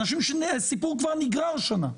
אנשים שהסיפור כבר נגרר שנה,